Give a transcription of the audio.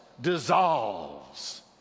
dissolves